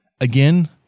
Again